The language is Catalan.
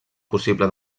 possible